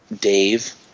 Dave